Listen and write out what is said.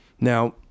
Now